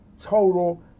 total